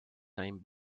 time